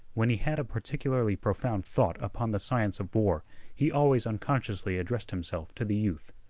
when he had a particularly profound thought upon the science of war he always unconsciously addressed himself to the youth.